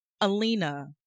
alina